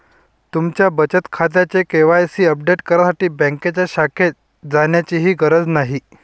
तुमच्या बचत खात्याचे के.वाय.सी अपडेट करण्यासाठी बँकेच्या शाखेत जाण्याचीही गरज नाही